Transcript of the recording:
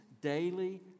daily